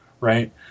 right